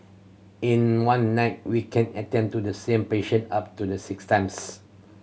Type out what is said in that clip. in one night we can attend to the same patient up to the six times